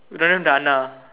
don't have the anna